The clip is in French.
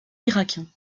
irakien